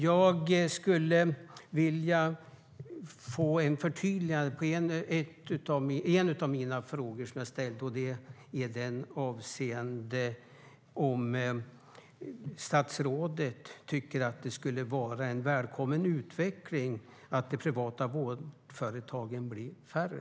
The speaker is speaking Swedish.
Jag skulle vilja ha ett förtydligande när det gäller en av mina frågor avseende om statsrådet tycker att det skulle vara en välkommen utveckling att de privata vårdföretagen blir färre.